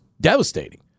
devastating